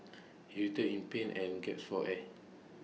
he writhed in pain and gasped for air